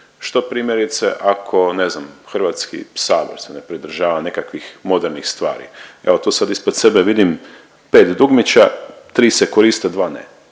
Što primjerice ako ne znam HS se ne pridržava nekakvih modernih stvari, evo tu sad ispred sebe vidim 5 dugmića, 3 se koriste, 2 ne,